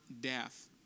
death